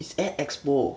it's at expo